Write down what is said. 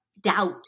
doubt